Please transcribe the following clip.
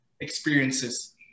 experiences